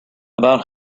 about